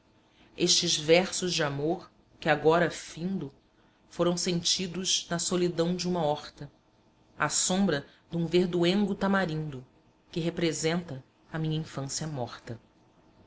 estes versos de amor que agora findo foram sentidos na solidão de uma horta à sombra dum verdoengo tamarindo que representa a minha infância morta